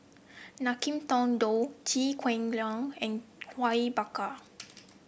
Ngiam Tong Dow Chew Kheng Chuan and Awang Bakar